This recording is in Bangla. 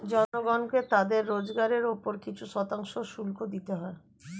জনগণকে তাদের রোজগারের উপর কিছু শতাংশ শুল্ক দিতে হয়